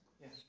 Yes